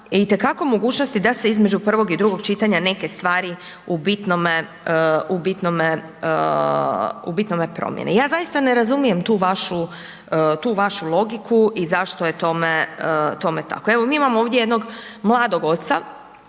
itekako mogućnosti da se između prvog i drugog čitanja neke stvari u bitnome, u bitnome, u bitnome promijene. Ja zaista ne razumijem tu vašu, tu vašu logiku i zašto je tome, tome tako. Evo mi imamo ovdje jednog mladog oca,